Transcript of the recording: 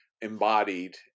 embodied